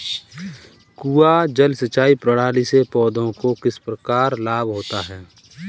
कुआँ जल सिंचाई प्रणाली से पौधों को किस प्रकार लाभ होता है?